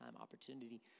opportunity